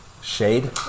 Shade